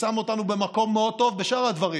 ששם אותנו במקום מאוד טוב בשאר הדברים.